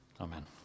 Amen